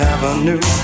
Avenue